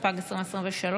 התשפ"ג 2023,